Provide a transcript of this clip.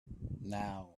now